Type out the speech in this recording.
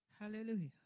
Hallelujah